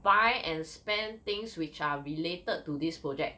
buy and spend things which are related to this project